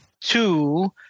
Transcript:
two